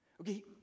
Okay